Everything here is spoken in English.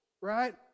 right